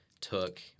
took